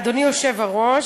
אדוני היושב-ראש,